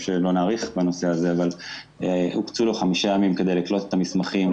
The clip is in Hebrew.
שלא נאריך בנושא הזה הוקצו לו חמישה ימים כדי לקלוט את המסמכים,